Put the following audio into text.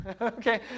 Okay